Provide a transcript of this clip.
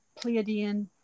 Pleiadian